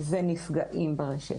ונפגעים ברשת.